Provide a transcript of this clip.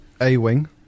A-Wing